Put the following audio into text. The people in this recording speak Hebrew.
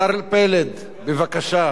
השר פלד, בבקשה.